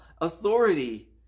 authority